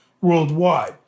worldwide